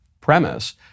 premise